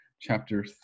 chapter